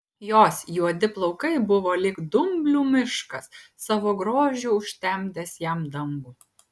jos juodi plaukai buvo lyg dumblių miškas savo grožiu užtemdęs jam dangų